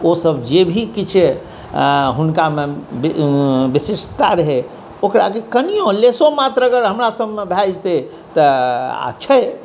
ओसब जे भी किछु अँ हुनकामे विशिष्टता रहै ओकरा कि कनिओ लेशोमात्र अगर हमरासबमे भऽ जेतै तऽ आओर छै